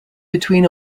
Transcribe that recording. between